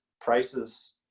prices